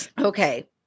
Okay